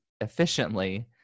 efficiently